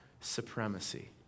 supremacy